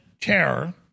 terror